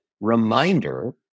reminder